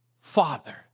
father